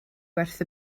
werth